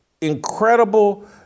incredible